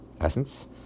essence